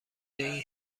این